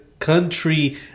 Country